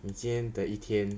你今天的一天